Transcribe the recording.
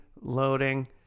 loading